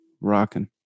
rocking